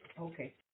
okay